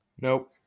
Nope